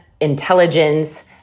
intelligence